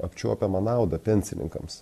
apčiuopiamą naudą pensininkams